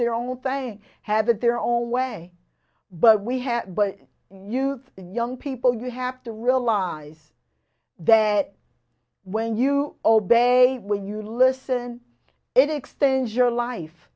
their own thing have it their own way but we have youth and young people you have to realize that when you obey when you listen it extends your life